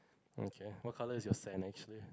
okay what colour is your sand actually